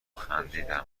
خندیدم